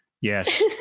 Yes